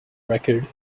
record